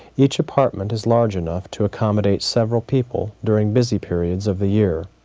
each apartment is large enough to accommodate several people during busy periods of the year,